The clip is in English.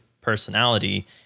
personality